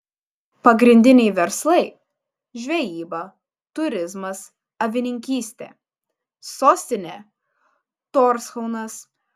pagrindiniai verslai žvejyba turizmas avininkystė sostinė torshaunas